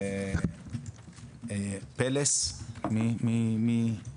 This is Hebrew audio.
יחידת "פלס", מי מדבר?